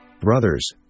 brothers